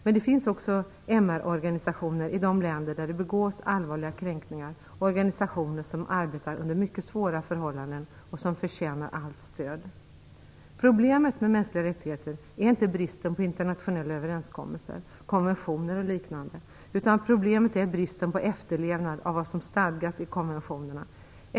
Men det finns också MR-organisationer i de länder där det begås allvarliga kränkningar, organisationer som arbetar under mycket svåra förhållanden och som förtjänar allt stöd. Problemet med mänskliga rättigheter är inte bristen på internationella överenskommelser, konventioner eller liknande, utan problemet är bristen på efterlevnad av vad som stadgas i konventionerna.